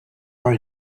are